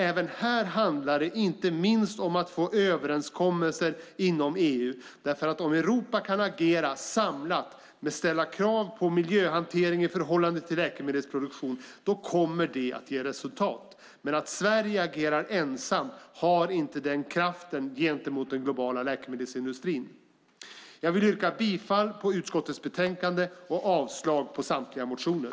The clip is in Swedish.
Även här handlar det inte minst om att få överenskommelser inom EU. Om Europa kan agera samlat och ställa krav på miljöhantering i förhållande till läkemedelsproduktion kommer det att ge resultat. Ett ensamt agerande från Sverige har inte den kraften gentemot den globala läkemedelsindustrin. Jag yrkar bifall till utskottets förslag i betänkandet och avslag på samtliga motioner.